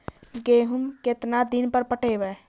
गेहूं केतना दिन पर पटइबै?